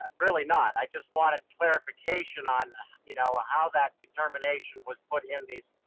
really not. i just wanted clarification on you know ah how that determination was putting in these